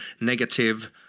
negative